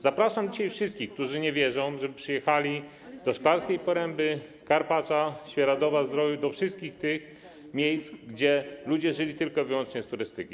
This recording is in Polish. Zapraszam dzisiaj wszystkich, którzy nie wierzą, żeby przyjechali do Szklarskiej Poręby, Karpacza, Świeradowa-Zdroju, do wszystkich tych miejsc, gdzie ludzie żyli tylko i wyłącznie z turystyki.